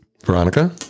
Veronica